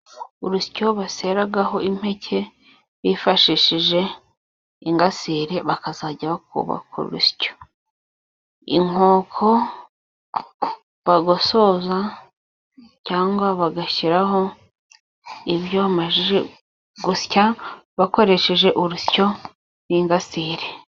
Urusyo basyaho impeke bifashishije ingasire, bakazajya bakuba ku rusyo. Inkoko bagosoza cyangwa bashyiraho ibyo bamaze gusya, bakoresheje urusyo n'ingasire.